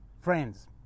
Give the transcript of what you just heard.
friends